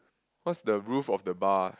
what's the roof of the bar